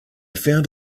found